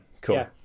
Cool